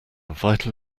vital